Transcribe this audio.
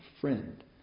friend